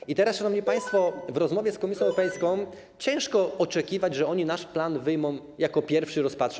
I teraz, szanowni państwo, w rozmowie z Komisją Europejską ciężko oczekiwać, że oni nasz plan wyjmą jako pierwszy i rozpatrzą.